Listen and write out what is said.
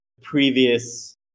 previous